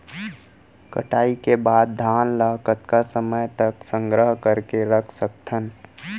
कटाई के बाद धान ला कतका समय तक संग्रह करके रख सकथन?